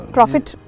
Profit